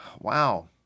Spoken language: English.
Wow